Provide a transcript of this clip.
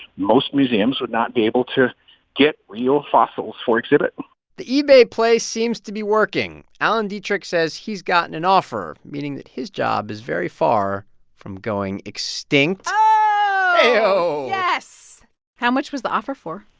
most museums would not be able to get real fossils for exhibit the ebay play seems to be working. alan dietrich says he's gotten an offer, meaning that his job is very far from going extinct oh ay-oh yes how much was the offer for?